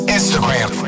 Instagram